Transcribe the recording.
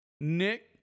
Nick